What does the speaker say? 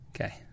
Okay